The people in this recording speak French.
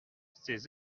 ces